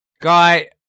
Guy